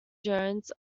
jones